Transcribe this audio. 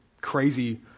crazy